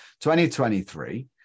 2023